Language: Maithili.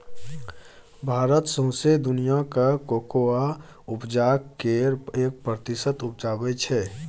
भारत सौंसे दुनियाँक कोकोआ उपजाक केर एक प्रतिशत उपजाबै छै